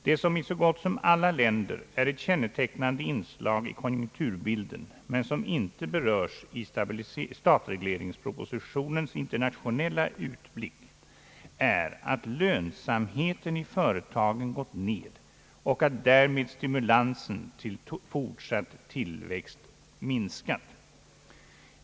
Det som i så gott som alla länder är ett kännetecknande inslag i konjunkturbilden men som inte berörs i statsregleringspropositionens internationella utblick är att lönsamheten i företagen gått ned och att därmed stimulansen till fortsatt tillväxt minskat.